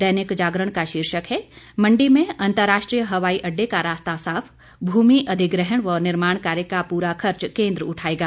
दैनिक जागरण का शीर्षक है मंडी में अंतर्राष्ट्रीय हवाई अड्डे का रास्ता साफ भूमि अधिग्रहण व निर्माण कार्य का पूरा खर्च केन्द्र उठाएगा